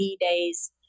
days